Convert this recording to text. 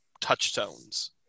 touchstones